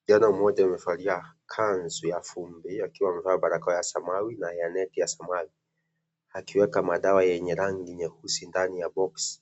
Kijana mmoja amevalia kanzu ya vumbi akiwa amevaa barakoa ya samawi na ya neti ya samawi akiweka madawa yenye rangi nyeusi ndani ya boxi